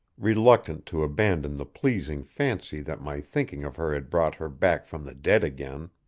reluctant to abandon the pleasing fancy that my thinking of her had brought her back from the dead again.